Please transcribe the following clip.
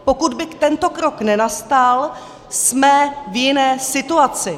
Pokud by tento krok nenastal, jsme v jiné situaci.